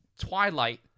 Twilight